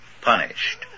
punished